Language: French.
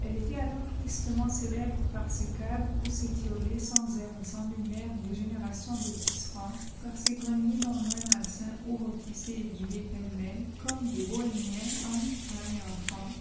elle était alors tristement célèbre par ses caves où s'étiolaient sans air et sans lumière des générations de tisserands par ses greniers non moins malsains oià rôtissaient et vivaient pêle-mêle comme des bohémiens hommes femmes et enfants